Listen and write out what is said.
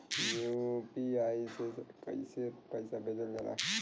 UPI से कइसे पैसा भेजल जाला?